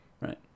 right